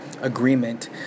agreement